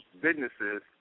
Businesses